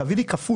תביא לי כפול.